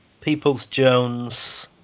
Peoples-Jones